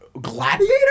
Gladiator